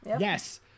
Yes